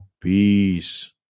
peace